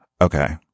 okay